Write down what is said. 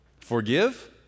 forgive